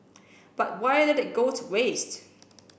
but why let it goes waste